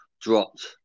dropped